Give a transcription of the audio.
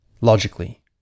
logically